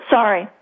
Sorry